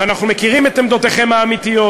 אנחנו מכירים את עמדותיכם האמיתיות.